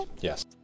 Yes